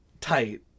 tight